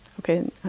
Okay